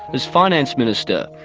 as finance minister.